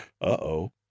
Uh-oh